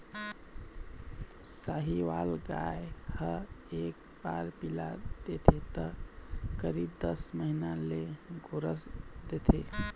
साहीवाल गाय ह एक बार पिला देथे त करीब दस महीना ले गोरस देथे